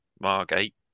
Margate